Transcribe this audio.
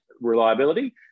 reliability